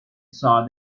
saw